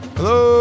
Hello